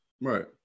Right